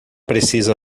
precisa